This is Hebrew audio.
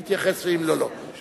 יתייחס, ואם לא, לא.